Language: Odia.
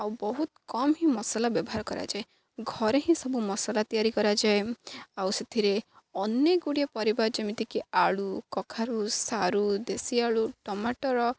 ଆଉ ବହୁତ କମ୍ ହିଁ ମସଲା ବ୍ୟବହାର କରାଯାଏ ଘରେ ହିଁ ସବୁ ମସଲା ତିଆରି କରାଯାଏ ଆଉ ସେଥିରେ ଅନେକ ଗୁଡ଼ିଏ ପରିବାର ଯେମିତିକି ଆଳୁ କଖାରୁ ସାରୁ ଦେଶୀ ଆଳୁ ଟମାଟ